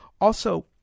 Also-